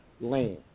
land